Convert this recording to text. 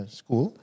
school